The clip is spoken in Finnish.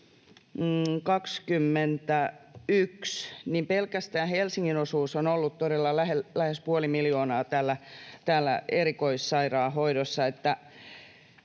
pelkästään Helsingin osuus on ollut todella lähes puoli miljoonaa täällä erikoissairaanhoidossa.